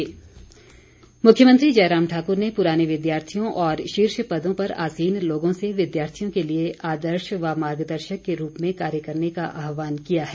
मुख्यमंत्री मोती मुख्यमंत्री जयराम ठाकुर ने पुराने विद्यार्थियों और शीर्ष पदों पर आसीन लोगों से विद्यार्थियों के लिए आदर्श व मार्गदर्शक के रूप में कार्य करने का आहवान किया है